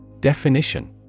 Definition